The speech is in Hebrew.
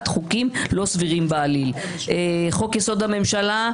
חוקים לא סבירים בעליל חוק-יסוד: הממשלה,